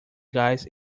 gás